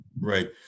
Right